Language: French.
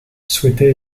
souhaitait